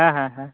ᱦᱮᱸ ᱦᱮᱸ ᱦᱮᱸ